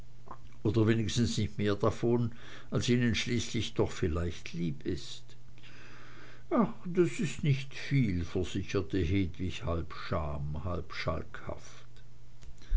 oder wenigstens nicht mehr davon als ihnen schließlich doch vielleicht lieb ist ach das ist nicht viel versicherte hedwig halb scham halb